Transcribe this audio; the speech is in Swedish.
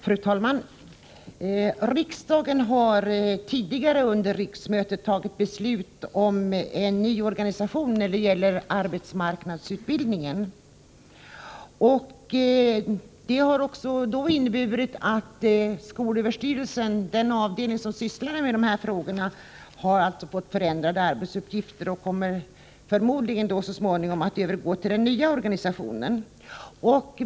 Fru talman! Riksdagen har tidigare under riksmötet fattat beslut om en ny organisation när det gäller arbetsmarknadsutbildningen. Detta har inneburit att den avdelning inom skolöverstyrelsen som sysslat med dessa frågor har fått förändrade arbetsuppgifter, och den kommer förmodligen så småningom att övergå till den nya organisationen.